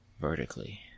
vertically